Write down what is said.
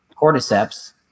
cordyceps